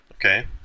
Okay